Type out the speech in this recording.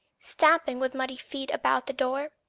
stamping with muddy feet about the door,